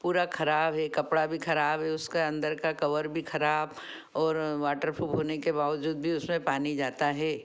पूरा खराब है कपड़ा भी ख़राब है उसके अंदर का कवर भी खराब और वाटर प्रूफ होने के बावजूद भी उसमें पानी जाता है